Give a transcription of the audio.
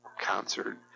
Concert